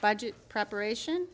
budget preparation